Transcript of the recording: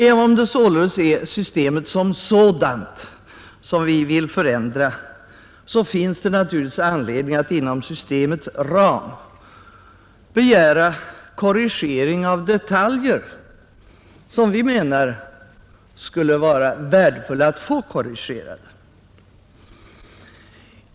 Även om det således är systemet som sådant som vi vill förändra, finns det naturligtvis anledning att inom systemets ram begära korrigeringar av detaljer, som vi anser att det skulle vara värdefullt att få korrigerade.